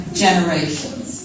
generations